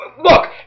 Look